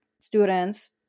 students